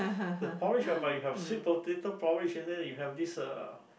the porridge whereby you have sweet potato porridge and then you have this uh